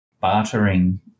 bartering